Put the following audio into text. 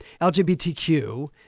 LGBTQ